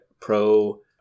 pro